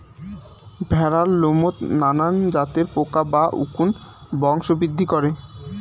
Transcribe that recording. ভ্যাড়ার লোমত নানান জাতের পোকা বা উকুন বংশবৃদ্ধি করে